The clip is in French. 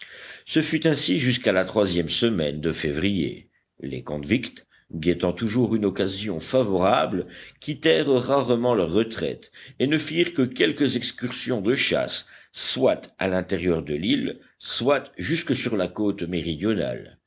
ce fut ainsi jusqu'à la troisième semaine de février les convicts guettant toujours une occasion favorable quittèrent rarement leur retraite et ne firent que quelques excursions de chasse soit à l'intérieur de l'île soit jusque sur la côte méridionale